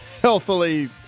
Healthily